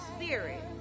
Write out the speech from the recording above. Spirit